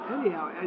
anyhow